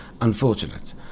unfortunate